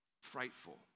frightful